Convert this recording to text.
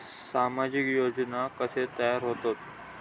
सामाजिक योजना कसे तयार होतत?